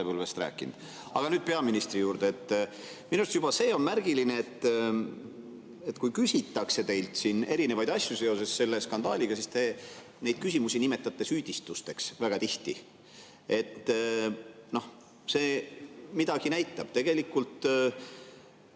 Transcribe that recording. lapsepõlvest rääkinud. Aga nüüd peaministri juurde. Minu arust juba see on märgiline, et kui küsitakse teilt siin erinevaid asju seoses selle skandaaliga, siis te neid küsimusi nimetate süüdistusteks väga tihti. See midagi näitab. Tegelikult